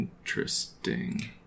Interesting